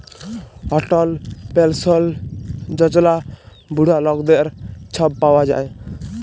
অটল পেলসল যজলা বুড়া লকদের ছব পাউয়া যায়